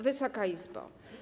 Wysoka Izbo!